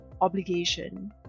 obligation